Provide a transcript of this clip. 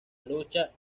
lucha